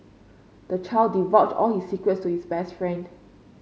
the child divulged all his secrets to his best friend